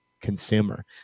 consumer